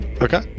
Okay